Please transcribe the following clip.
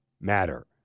matter